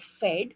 fed